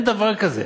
אין דבר כזה.